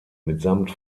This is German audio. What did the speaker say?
mitsamt